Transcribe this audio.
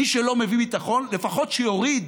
מי שלא מביא ביטחון, לפחות שיוריד